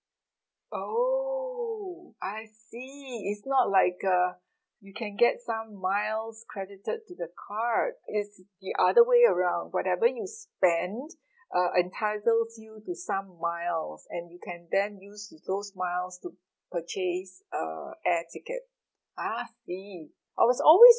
oh I see it's not like uh you can get some miles credited to the card it's the other way around whenever you spend uh entitles you to some miles and you can then use those miles to purchase uh air tickets I see I was always